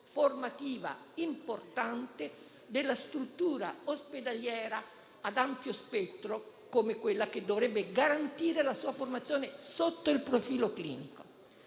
formativa importante della struttura ospedaliera ad ampio spettro, come quella che dovrebbe garantire la sua formazione sotto il profilo clinico.